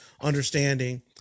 understanding